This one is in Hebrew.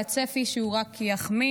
והצפי הוא שהוא רק יחמיר,